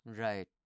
Right